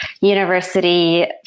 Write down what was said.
university